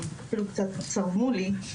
אפילו קצת צרמו לי,